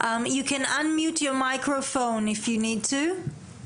לא מעט ממה שנאמר כאן ואני רוצה להאיר